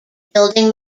building